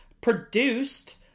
produced